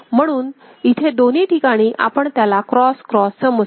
म्हणून इथे दोन्ही ठिकाणी आपण त्याला क्रॉस क्रॉस समजतो